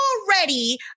already